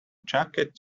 jacket